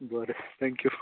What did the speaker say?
बरे थेंक्यू